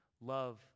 Love